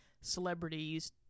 celebrities